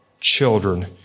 children